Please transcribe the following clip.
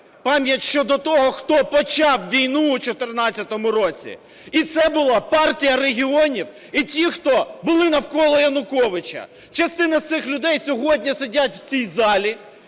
пам'ять щодо того, хто почав війну в 2014 році, і це була "Партія регіонів" і ті, хто були навколо Януковича. Частина з цих людей сьогодні сидять в ці залі,